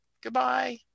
Goodbye